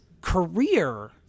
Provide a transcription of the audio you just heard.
career